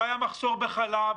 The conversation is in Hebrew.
לא היה מחסור בחלב,